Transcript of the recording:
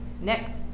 next